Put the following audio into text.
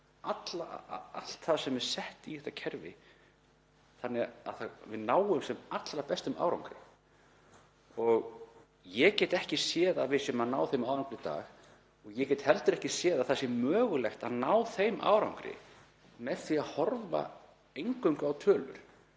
allt það sem er sett í þetta kerfi þannig að við náum sem allra bestum árangri. Ég get ekki séð að við séum að ná þeim árangri í dag. Ég get heldur ekki séð að mögulegt sé að ná þeim árangri með því að horfa eingöngu á tölur.